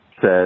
says